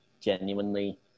genuinely